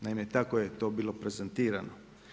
Naime, tako je to bilo prezentirano.